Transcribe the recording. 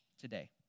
today